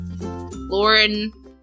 Lauren